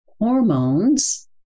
hormones